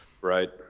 Right